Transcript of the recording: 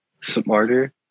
smarter